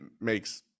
makes